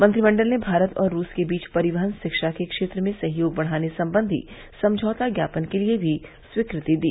मंत्रिमंडल ने भारत और रूस के बीच परिवहन शिक्षा के क्षेत्र में सहयोग बढ़ाने संबंधी समझौता ज्ञापन के लिए भी स्वीकृति दी